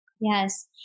Yes